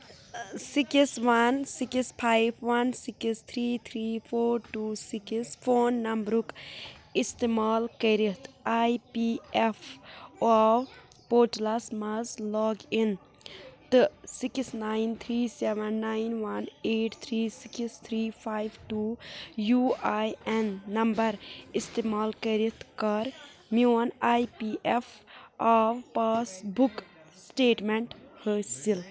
six one six five one six three three four two six phone نمبرُک استعمال کٔرِتھ I P F O portals مَنٛز log in تہٕ six nine three seven nine one eight three six three five two U A N number استعمال کٔرِتھ کر میٛون I P F O passbook statement حٲصِل